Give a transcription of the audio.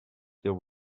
the